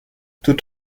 tout